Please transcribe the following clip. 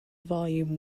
volume